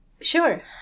Sure